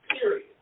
Period